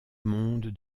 monde